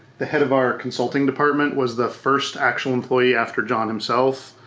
the head of our consulting department was the first actual employee after john himself.